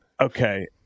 Okay